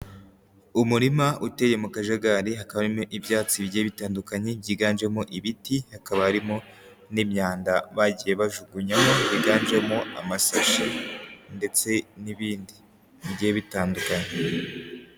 Umurima uteye mu kajagari hakaba harimo ibyatsi bigiye bitandukanye byiganjemo ibiti, hakaba harimo n'imyanda bagiye bajugunyamo yiganjemo amasashi ndetse n'ibindi bigiye bitandukanye.